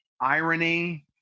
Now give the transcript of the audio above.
irony